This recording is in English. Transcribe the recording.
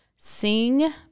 sing